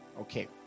Okay